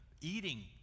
eating